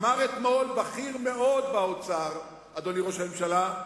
אמר אתמול בכיר מאוד באוצר, אדוני ראש הממשלה,